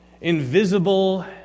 invisible